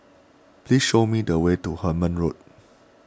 please show me the way to Hemmant Road